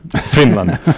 Finland